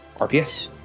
RPS